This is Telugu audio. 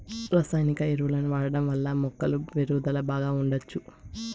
రసాయనిక ఎరువులను వాడటం వల్ల మొక్కల పెరుగుదల బాగా ఉండచ్చు